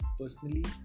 personally